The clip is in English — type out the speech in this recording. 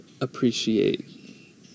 appreciate